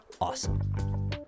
awesome